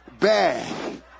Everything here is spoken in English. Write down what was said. bag